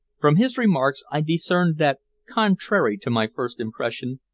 from his remarks i discerned that, contrary to my first impression,